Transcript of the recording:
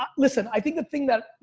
um listen, i think the thing that you